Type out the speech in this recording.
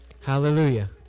Hallelujah